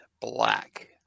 black